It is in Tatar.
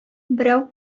берәү